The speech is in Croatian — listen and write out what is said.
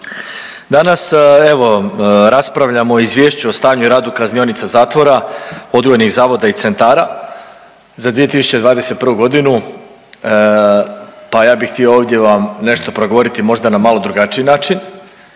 danas evo raspravljamo o Izvješću o stanju i radu kaznionica, zatvora, odgojnih zavoda i centara za 2021. godinu pa ja bih htio ovdje vam nešto progovoriti možda na malo drugačiji način